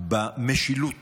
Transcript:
במשילות